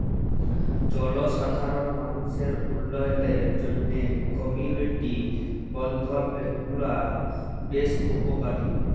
জলসাধারল মালুসের উল্ল্যয়লের জ্যনহে কমিউলিটি বলধ্ল ব্যাংক গুলা বেশ উপকারী